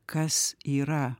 kas yra